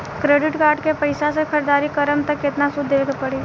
Credit card के पैसा से ख़रीदारी करम त केतना सूद देवे के पड़ी?